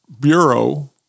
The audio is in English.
Bureau